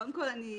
קודם כל אני,